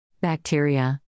Bacteria